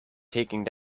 taking